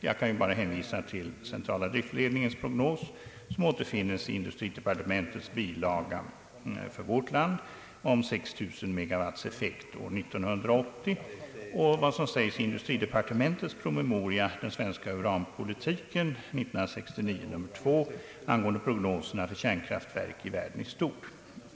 Jag kan bara hänvisa till centrala driftledningens prognos, som återfinnes i industridepartementets bilaga, om 6 000 megawatts effekt i vårt land år 1980, och vad som sägs i industridepartementets promemoria »Den svenska uranpolitiken» 1969:2 angående prognoserna för kärnkraftverken i världen i stort.